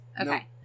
Okay